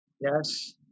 yes